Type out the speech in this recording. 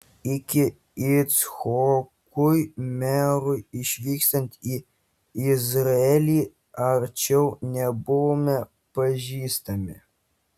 iki icchokui merui išvykstant į izraelį arčiau nebuvome pažįstami